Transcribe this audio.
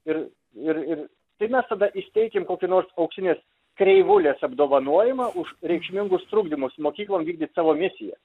ir ir ir tai mes tada įsteikim kokį nors auksinės kreivulės apdovanojimą už reikšmingus trukdymus mokyklom vykdyt savo misiją